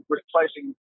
replacing